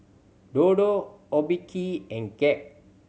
Dodo Obike and Gap